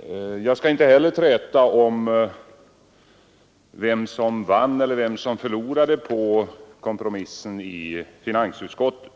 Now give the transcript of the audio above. Inte heller jag skall här träta om vem som vann och vem som förlorade på kompromissen i finansutskottet.